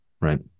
right